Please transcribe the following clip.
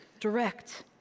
direct